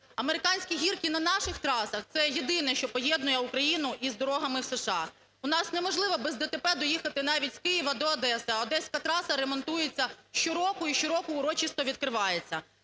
Американські гірки на наших трасах – це єдине, що поєднує України із дорогами США. У нас неможливо без ДТП доїхати навіть з Києва до Одеси, а Одеська траса ремонтується щороку і щороку урочисто відкривається.